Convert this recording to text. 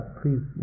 please